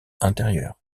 intérieur